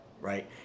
right